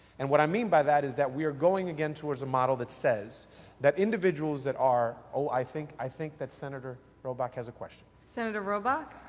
and what i mean by that is that we're going again toward the model that says that individuals that are oh, i think i think that senator robach has a question. senator robach.